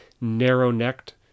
narrow-necked